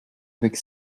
avec